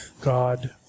God